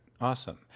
Awesome